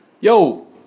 Yo